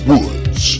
Woods